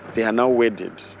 they are now wedded.